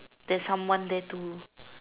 there's someone there too